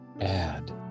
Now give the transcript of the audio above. Add